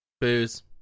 Booze